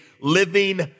living